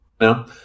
no